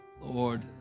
Lord